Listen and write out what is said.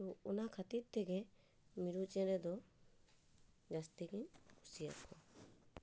ᱛᱚ ᱚᱱᱟ ᱠᱷᱟᱹᱛᱤᱨ ᱛᱮᱜᱮ ᱢᱤᱨᱩ ᱪᱮᱬᱮ ᱫᱚ ᱡᱟᱹᱥᱛᱤᱧ ᱠᱩᱥᱤᱭᱟᱠᱚᱣᱟ